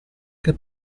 che